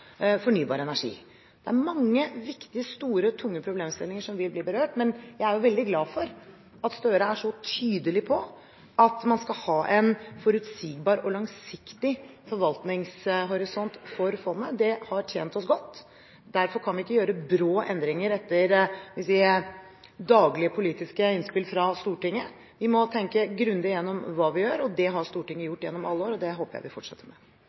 fornybar energi. Det er mange viktige, store og tunge problemstillinger som vil bli berørt, men jeg er veldig glad for at Gahr Støre er så tydelig på at man skal ha en forutsigbar og langsiktig forvaltningshorisont for fondet. Det har tjent oss godt. Derfor kan vi ikke gjøre brå endringer etter daglige, politiske innspill fra Stortinget. Vi må tenke grundig gjennom hva vi gjør, det har Stortinget gjort gjennom alle år, og det håper jeg vi fortsetter med.